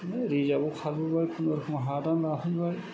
reserve आव खारबोबाय कुनुरुखुम हादान लाफैबाय